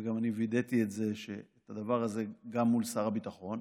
וגם וידאתי את הדבר הזה גם מול שר הביטחון,